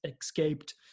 escaped